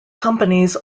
companies